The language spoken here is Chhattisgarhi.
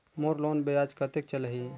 मोर लोन ब्याज कतेक चलही?